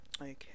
Okay